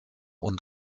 und